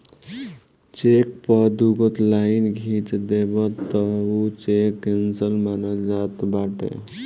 check पअ दुगो line खिंच देबअ तअ उ चेक केंसल मानल जात बाटे